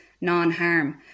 non-harm